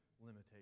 limitation